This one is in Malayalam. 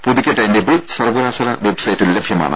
പുതുക്കിയ ടൈംടേബിൾ സർവകലാശാല വെബ്സൈറ്റിൽ ലഭ്യമാണ്